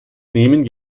nehmen